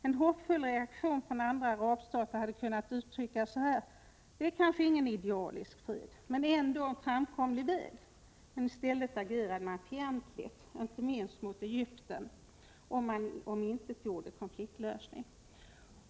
En hoppfull reaktion från andra arabstater hade kunnat uttryckas så här: Det är kanske ingen idealisk fred, men det är ändå en framkomlig väg. I stället agerade man fientligt, inte minst mot Egypten. Detta omintetgjorde en konfliktlösning.